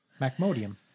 Macmodium